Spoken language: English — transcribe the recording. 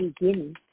beginning